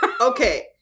okay